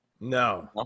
no